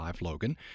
Logan